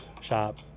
shop